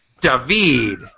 David